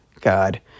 God